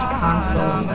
console